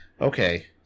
okay